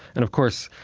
and of course,